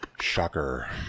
shocker